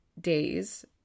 days